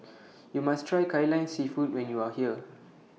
YOU must Try Kai Lan Seafood when YOU Are here